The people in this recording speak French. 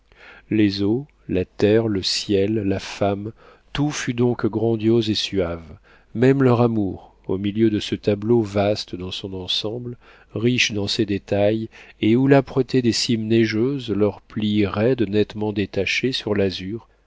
les eaux la terre le ciel la femme tout fut donc grandiose et suave même leur amour au milieu de ce tableau vaste dans son ensemble riche dans ses détails et où l'âpreté des cimes neigeuses leurs plis raides nettement détachés sur l'azur